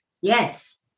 Yes